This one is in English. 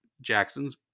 Jackson's